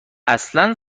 اصلا